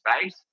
space